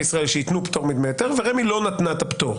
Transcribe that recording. ישראל שייתנו פטור מדמי היתר ורמ"י לא נתנה את הפטור.